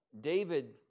David